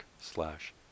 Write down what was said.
slash